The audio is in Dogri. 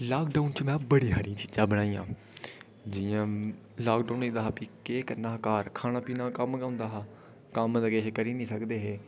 लॉकडाउन च में बड़ी हारीं चीज़ां बनाइयां जि'यां लॉकडाउन होई गेदा हा केह् करना हा घर खाना पीना गै कम्म होंदा हा कम्म ते किश करी निं सकदे हे